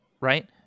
right